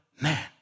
man